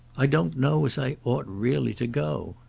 i don't know as i ought really to go.